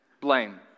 Blame